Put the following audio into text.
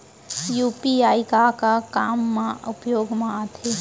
UPI का का काम मा उपयोग मा आथे?